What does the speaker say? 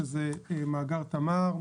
שזה מאגר תמר,